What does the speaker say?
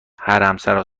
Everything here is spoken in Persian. حرمسرا